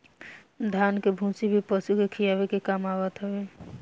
धान के भूसी भी पशु के खियावे के काम आवत हवे